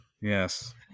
Yes